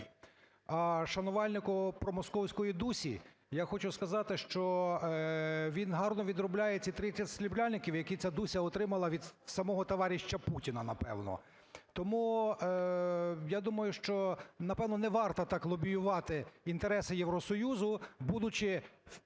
А шанувальнику промосковської Дусі я хочу сказати, що він гарно відробляє ці 30 срібляників, які ця Дуся отримала від самого товарища Путіна, напевно. Тому, я думаю, що, напевно, не варто так лобіювати інтереси Євросоюзу, будучи